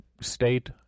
state